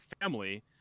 family